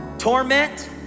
Torment